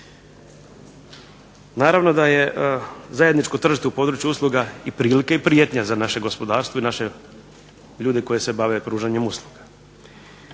Naravno da je zajedničko tržište u području usluga i prilika i prijetnja za naše gospodarstvo i naše ljude koji se bave pružanjem usluga.